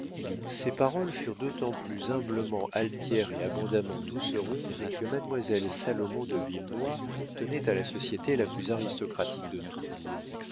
ses paroles furent d'autant plus humblement altières et abondamment doucereuses que mademoiselle salomon de villenoix tenait à la société la plus aristocratique de tours